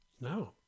No